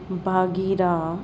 Bagheera